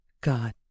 God